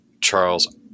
Charles